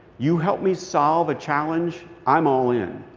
you help me solve a challenge, i'm all in.